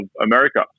America